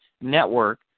network